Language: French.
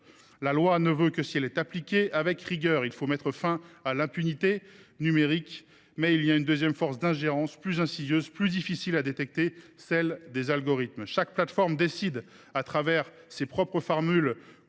La loi ne vaut que si elle est appliquée avec rigueur. Il faut mettre fin à l’impunité numérique. La seconde forme d’ingérence, plus insidieuse, plus difficile à détecter, est celle des algorithmes. Chaque plateforme décide, au travers de ses propres formules